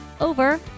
over